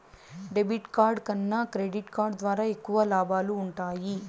debit card కన్నా credit card ద్వారా ఎక్కువ లాబాలు వుంటయ్యి